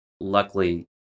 luckily